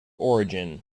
origin